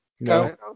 No